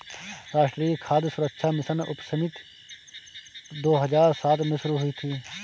राष्ट्रीय खाद्य सुरक्षा मिशन उपसमिति दो हजार सात में शुरू हुई थी